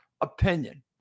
opinion